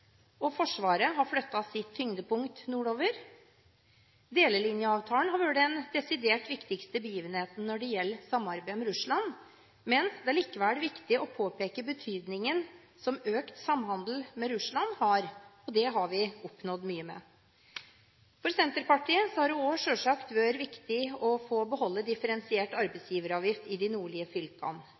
at Forsvaret har flyttet sitt tyngdepunkt nordover. Delelinjeavtalen har vært den desidert viktigste begivenheten når det gjelder samarbeidet med Russland. Det er likevel viktig å påpeke betydningen av økt samhandel med Russland, og her vi har oppnådd mye. For Senterpartiet har det også selvsagt vært viktig å få beholde differensiert arbeidsgiveravgift i de nordligste fylkene,